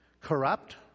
Corrupt